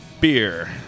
Beer